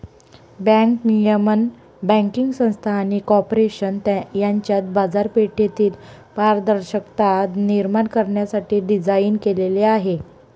bank नियमन banking संस्था आणि कॉर्पोरेशन यांच्यात बाजारपेठेतील पारदर्शकता निर्माण करण्यासाठी डिझाइन केलेले आहे